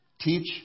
Teach